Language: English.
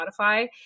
Spotify